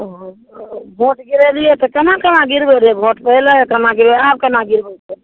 ओ भोंट गिरेलियैया तऽ केना केना गिरबै रहै भोंट पहिले केना गिरबै आब केना गिरबै छै